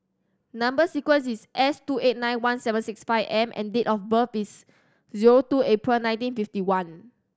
number sequence is S two eight nine one seven six five M and date of birth is zero two April nineteen fifty one